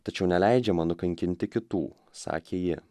tačiau neleidžiama nukankinti kitų sakė ji